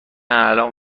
الان